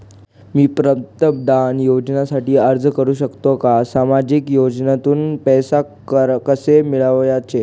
मी पंतप्रधान योजनेसाठी अर्ज करु शकतो का? सामाजिक योजनेतून पैसे कसे मिळवायचे